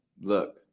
look